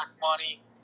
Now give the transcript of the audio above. money